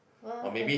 what happen